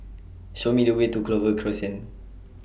Show Me The Way to Clover Crescent